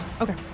Okay